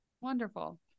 wonderful